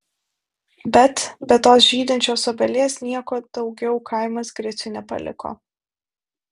bet be tos žydinčios obelies nieko daugiau kaimas griciui nepaliko